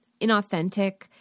inauthentic